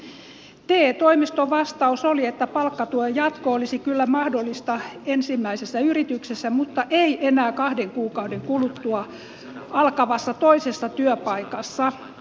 te toimiston vastaus oli että palkkatuen jatko olisi kyllä mahdollista ensimmäisessä yrityksessä mutta ei enää kahden kuukauden kuluttua alkavassa toisessa työpaikassa